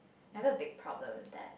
had a big problem with that